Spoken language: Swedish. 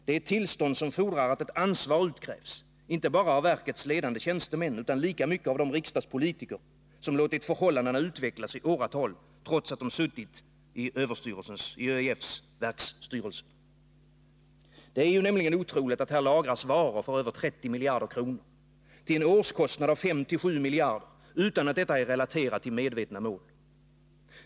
Det är ett tillstånd som fordrar att ansvar utkrävs, inte bara av verkets ledande tjänstemän utan lika mycket av de riksdagspolitiker som låtit förhållandena utvecklas i åratal, trots att dessa politiker suttit i ÖEF:s verksstyrelse. Det är ju nämligen otroligt att här lagras varor för över 30 miljarder kronor till en årskostnad av 5-7 miljarder utan att detta är relaterat till medvetna mål.